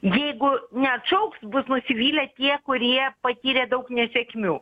jeigu neatšauks bus nusivylę tie kurie patyrė daug nesėkmių